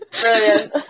brilliant